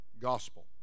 gospel